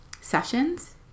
sessions